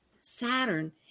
Saturn